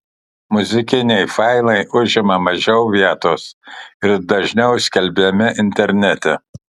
muzikiniai failai užima mažiau vietos ir dažniau skelbiami internete